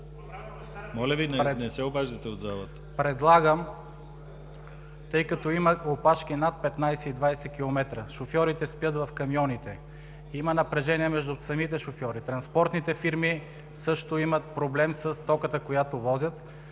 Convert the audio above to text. Моля Ви, не се обаждайте от залата! ГЕОРГИ СВИЛЕНСКИ: Предлагам, тъй като има опашки над 15 и 20 км, шофьорите спят в камионите, има напрежение между самите шофьори, транспортните фирми също имат проблем със стоката, която возят,